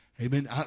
Amen